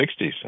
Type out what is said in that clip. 1960s